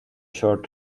short